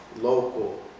local